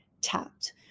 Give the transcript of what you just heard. tapped